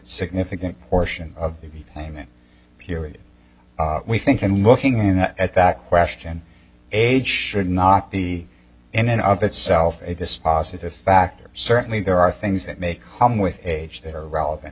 significant portion of the payment period we think and looking at that question age should not be in and of itself in this positive factor certainly there are things that make home with age that are relevant